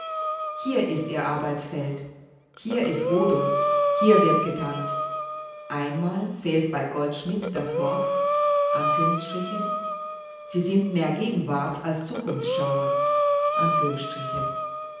hier ist ihr arbeitsfeld hier ist rhodos hier wird getanzt einmal fällt bei goldschmidt das wort sie sind mehr gegenwarts als